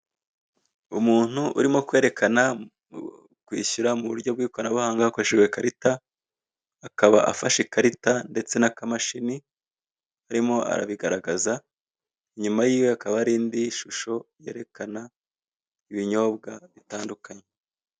Umuntu urimo kwerekana kwishyura mu buryo bw'ikoranabuhanga hakoreshejwe ikarita, akaba afashe ikarita ndetse n'akamashini, arimo arabigaragaza. Inyuma y'iwe hakaba hari indi shusho yerekana ibinyobwa bitandukanye.